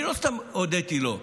אני לא סתם הודיתי לו.